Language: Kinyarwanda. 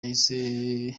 yahise